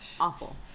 Awful